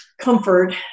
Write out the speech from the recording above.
comfort